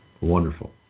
wonderful